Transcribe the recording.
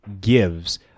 gives